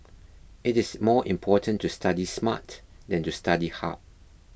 it is more important to study smart than to study hard